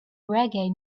reggae